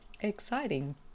exciting